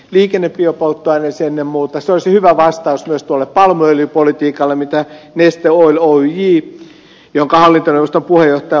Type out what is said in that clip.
liikenne biopolttoaineisiin ja muuta se olisi hyvä vastaus myös tulipalo mölypolitiikalle mitä niistä huonoihin jonka hallintoneuvosto voi ottaa